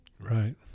Right